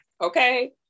okay